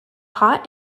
hot